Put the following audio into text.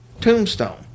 Tombstone